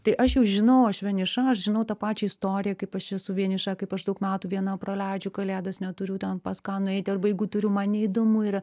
tai aš jau žinau aš vieniša aš žinau tą pačią istoriją kaip aš esu vieniša kaip aš daug metų viena praleidžiu kalėdas neturiu ten pas ką nueiti arba jeigu turiu man neįdomu yra